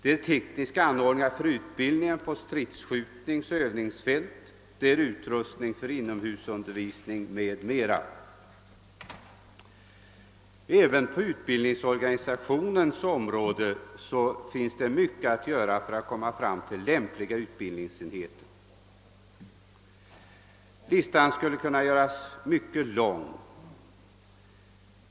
Det är vidare tekniska anordningar för utbildningen på våra strids-, skjutoch övningsfält, utrustning för inomhusundervisning m.m. Även på utbildningsorganisationens område finns det mycket att uträtta för att nå fram till lämpligare utbildningsenheter. Listan skulle kunna göras mycket lång.